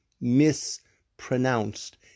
mispronounced